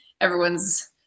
everyone's